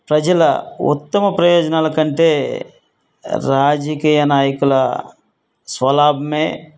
ప్రజల ఉత్తమ ప్రయోజనాల కంటే రాజకీయ నాయకుల స్వలాభమే